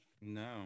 No